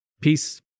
Peace